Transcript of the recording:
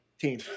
team